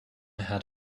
had